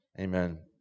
Amen